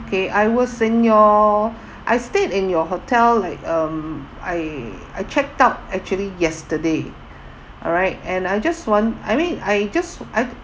okay I was in your I stayed in your hotel like um I I checked out actually yesterday alright and I just want I mean I just I